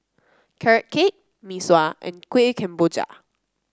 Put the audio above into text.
Carrot Cake Mee Sua and Kuih Kemboja